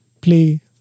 play